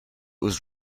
was